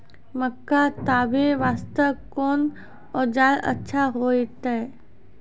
मक्का तामे वास्ते कोंन औजार अच्छा होइतै?